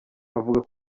avuga